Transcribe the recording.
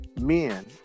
men